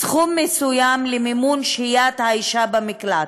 סכום מסוים למימון שהיית האישה במקלט.